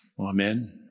Amen